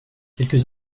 quelques